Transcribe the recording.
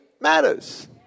matters